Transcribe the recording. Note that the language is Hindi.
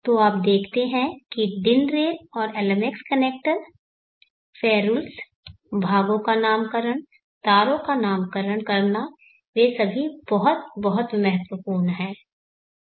तो आप देखते हैं कि DIN रेल और एल्मेक्स कनेक्टर फेरुल्स भागों का नामकरण तारों का नामकरण करना वे सभी बहुत बहुत महत्वपूर्ण हैं